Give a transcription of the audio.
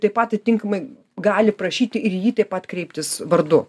taip pat atitinkamai gali prašyti ir jį taip pat kreiptis vardu